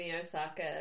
Osaka